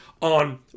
On